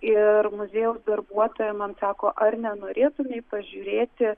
ir muziejaus darbuotoja man sako ar nenorėtumei pažiūrėti